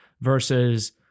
versus